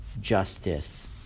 justice